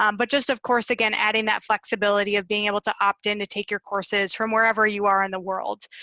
um but just, of course, again, adding that flexibility of being able to opt in to take your courses from wherever you are in the world.